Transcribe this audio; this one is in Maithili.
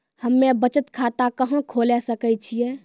हम्मे बचत खाता कहां खोले सकै छियै?